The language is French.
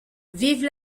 vive